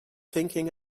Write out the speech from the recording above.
thinking